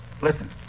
listen